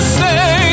say